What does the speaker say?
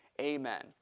Amen